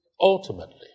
Ultimately